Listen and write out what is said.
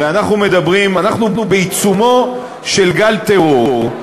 הרי אנחנו בעיצומו של גל טרור.